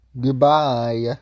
Goodbye